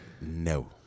No